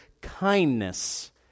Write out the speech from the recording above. kindness